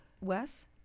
Wes